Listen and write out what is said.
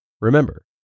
Remember